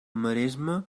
maresma